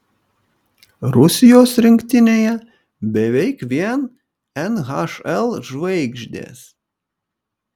rusijos rinktinėje beveik vien nhl žvaigždės